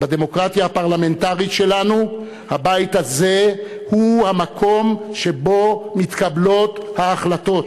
בדמוקרטיה הפרלמנטרית שלנו הבית הזה הוא המקום שבו מתקבלות ההחלטות.